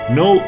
no